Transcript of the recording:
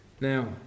Now